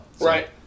Right